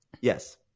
yes